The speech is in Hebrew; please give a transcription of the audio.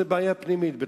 זו בעיה פנימית בעזה.